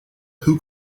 who